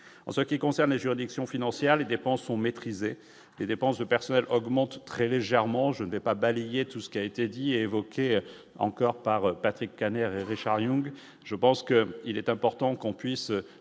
en ce qui concerne les juridictions financières, les dépenses ont maîtrisé les dépenses de personnel augmentent très légèrement, je n'ai pas balayer tout ce qui a été dit évoquer encore par Patrick Kanner et Richard Yung, je pense que il est important qu'on puisse